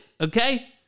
Okay